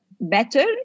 Better